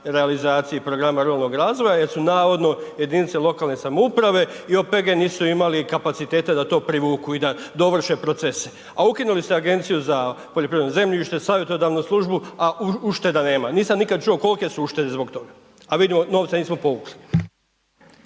realizaciji programa ruralnog razvoja jer su navodno jedinice lokalne samouprave i OPG nisu imali kapaciteta da to privuku i da dovrše procese, a ukinuli ste Agenciju za poljoprivredno zemljište, savjetodavnu službu, a ušteda nema. Nisam nikada čuo kolike su uštede zbog toga, a vidimo novce nismo povukli.